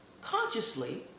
consciously